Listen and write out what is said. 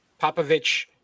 Popovich